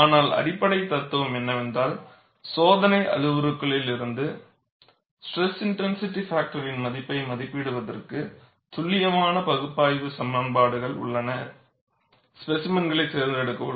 ஆனால் அடிப்படை தத்துவம் என்னவென்றால் சோதனை அளவுருக்களிலிருந்து SIF இன் மதிப்பை மதிப்பிடுவதற்கு துல்லியமான பகுப்பாய்வு சமன்பாடுகள் உள்ள ஸ்பேசிமென்களைத் தேர்ந்தெடுக்கவும்